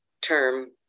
term